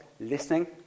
listening